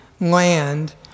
land